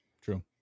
True